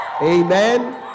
Amen